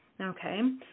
okay